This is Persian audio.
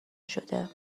شده